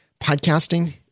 podcasting